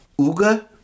Uga